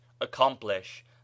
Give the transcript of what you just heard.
accomplish